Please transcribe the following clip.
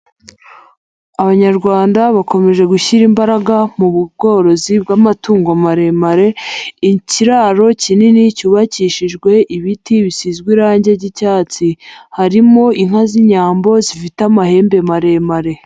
Abanyarwanda bakomeje gushyira imbaraga mu bworozi bw'amatungo maremare, ikiraro kinini cyubakishijwe ibiti bisizwe irange ry'icyatsi harimo inka z'Inyambo zifite amahembe maremare.